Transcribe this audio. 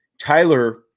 Tyler